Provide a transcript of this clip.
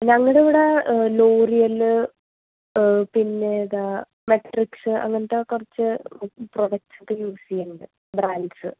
ഞങ്ങളുടെ ഇവിടെ ലോറിയല്ല് പിന്നെ ഏതാ മെട്രിക്സ് അങ്ങനെത്തെ കുറച്ച് പ്രോഡക്ട്സൊക്കെ യൂസ് ചെയ്യുന്നുണ്ട് ബ്രാൻഡ്സ്